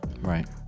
Right